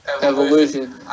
evolution